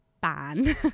ban